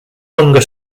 hunger